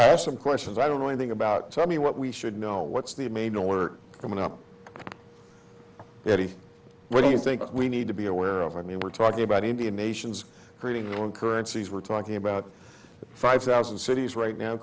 some some questions i don't know anything about tell me what we should know what's the me know what are coming up what do you think we need to be aware of i mean we're talking about indian nations coming on currencies we're talking about five thousand cities right now